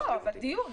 לא, אבל דיון.